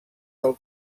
del